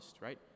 right